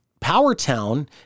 Powertown